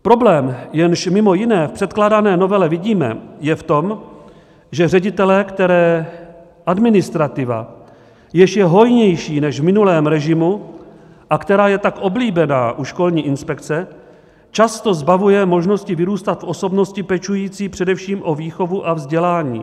Problém, jejž mimo jiné v předkládané novele vidíme, je v tom, že ředitelé, které administrativa, jež je hojnější než z minulém režimu a která je tak oblíbená u školní inspekce, často zbavuje možnosti vyrůstat v osobnosti pečující především o výchovu a vzdělání.